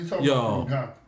Yo